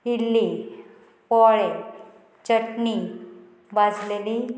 इडली पोळे चटनी भाजलेली